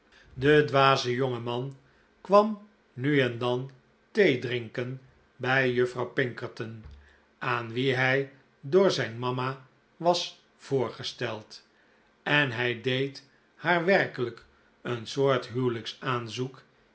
de dwaze jonge man kwam nu en dan thee drinken bij juffrouw pinkerton aan wie hij door zijn mama was voorgesteld en hij deed haar werkelijk een